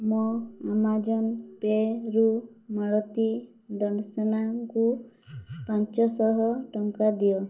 ମୋ ଆମାଜନ୍ ପେ'ରୁ ମାଳତୀ ଦଣ୍ଡସେନାଙ୍କୁ ପାଞ୍ଚଶହ ଟଙ୍କା ଦିଅ